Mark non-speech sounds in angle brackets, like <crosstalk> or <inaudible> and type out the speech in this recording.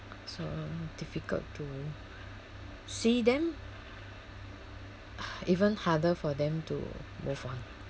so difficult to see them <breath> even harder for them to move on